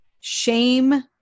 shame